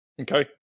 Okay